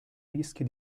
rischi